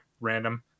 random